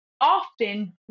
often